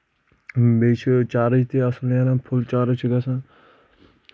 بیٚیہِ چھ چارٕج تہِ اَصٕل نیران فُل چارٕج چھ گژھان